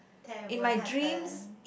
tear will happen